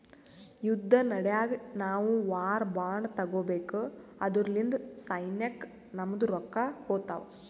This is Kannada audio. ಯುದ್ದ ನಡ್ಯಾಗ್ ನಾವು ವಾರ್ ಬಾಂಡ್ ತಗೋಬೇಕು ಅದುರ್ಲಿಂದ ಸೈನ್ಯಕ್ ನಮ್ದು ರೊಕ್ಕಾ ಹೋತ್ತಾವ್